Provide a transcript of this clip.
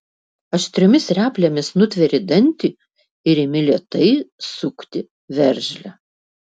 aštriomis replėmis nutveri dantį ir imi lėtai sukti veržlę